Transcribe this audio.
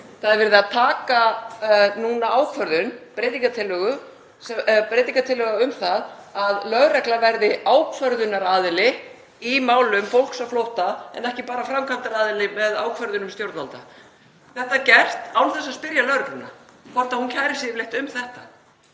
Það er verið að taka núna ákvörðun samkvæmt breytingartillögu um það að lögreglan verði ákvörðunaraðili í málum fólks á flótta en ekki bara framkvæmdaraðili með ákvörðunum stjórnvalda. Þetta er gert án þess að spyrja lögregluna hvort hún kæri sig yfirleitt